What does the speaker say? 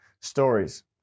stories